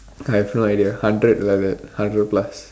I have no idea hundred like that hundred plus